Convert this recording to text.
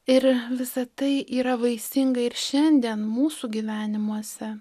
ir visa tai yra vaisinga ir šiandien mūsų gyvenimuose